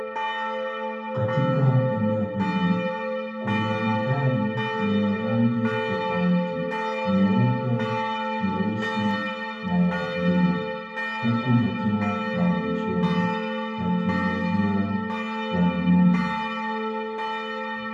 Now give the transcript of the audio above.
Katika eneo hili kuna magari yenye rangi tofauti. Nyeupe, nyeusi, na ya buluu, huku yakiwa maegeshoni yakingojea wanunuzi.